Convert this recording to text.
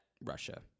Russia